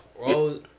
rose